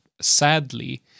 sadly